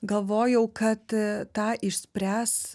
galvojau kad tą išspręs